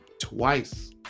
twice